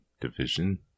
division